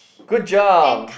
good job